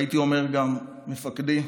והייתי אומר גם: מפקדי,